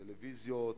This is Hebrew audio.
טלוויזיות,